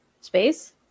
space